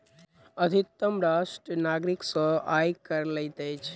अधितम राष्ट्र नागरिक सॅ आय कर लैत अछि